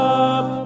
up